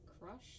crush